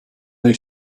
they